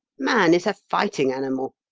man is a fighting animal,